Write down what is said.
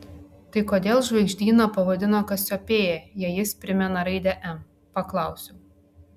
tai kodėl žvaigždyną pavadino kasiopėja jei jis primena raidę m paklausiau